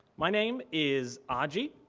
my name is aji.